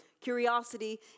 Curiosity